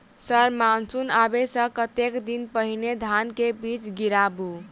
Sir monsoon आबै सऽ कतेक दिन पहिने धान केँ बीज गिराबू?